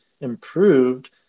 improved